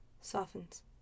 softens